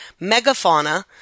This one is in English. megafauna